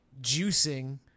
juicing